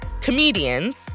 Comedians